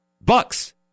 Bucks